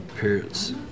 parents